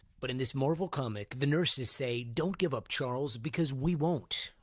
but and this marvel comic the nurses say, don't give up, charles, because we won't.